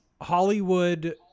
Hollywood